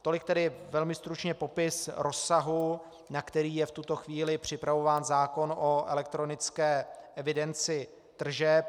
Tolik tedy velmi stručně popis rozsahu, na který je v tuto chvíli připravován zákon o elektronické evidenci tržeb.